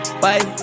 Wait